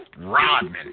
Rodman